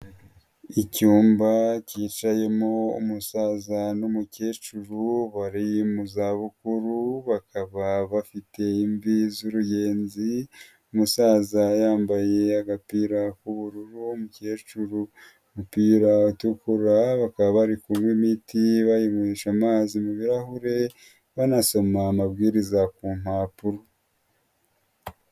Icyumba kicayemo umusaza n'umukecuru bari muzabukuru, bakaba bafite imvi z'uruyenzi umusaza yambaye agapira k'ubururu, umukecuru umupira utukura, bakaba bari kunywa imiti bayiywesha amazi mu birarahure banasoma amabwiriza ku mpapuro.